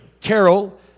Carol